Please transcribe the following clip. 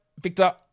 Victor